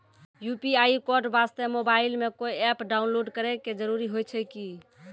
UPI code वास्ते mobile मे कोय एप्प डाउनलोड करे के जरूरी होय छै की?